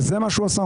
וזה מה שהוא עשה.